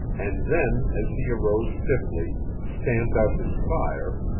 and then, as he arose stiffly, stamped out his fire,